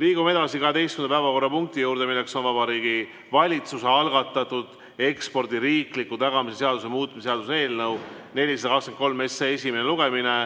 Liigume edasi 12. päevakorrapunkti juurde, milleks on Vabariigi Valitsuse algatatud ekspordi riikliku tagamise seaduse muutmise seaduse eelnõu 423 esimene lugemine.